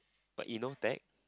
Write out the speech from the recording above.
but you know tech